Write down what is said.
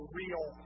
real